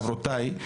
לחברותיי,